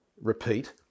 repeat